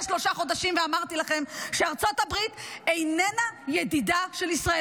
שלושה חודשים ואמרתי לכם שארצות הברית איננה ידידה של ישראל.